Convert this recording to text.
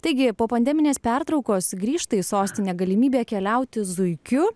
taigi po pandeminės pertraukos grįžta į sostinę galimybė keliauti zuikiu